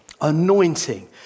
anointing